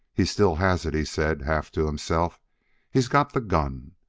he still has it, he said, half to himself he's got the gun.